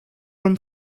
from